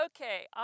Okay